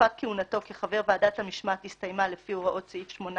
ותקופת כהונתו כחבר ועדת המשמעת הסתיימה לפי הוראות סעיף 18